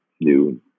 new